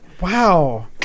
Wow